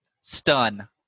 stun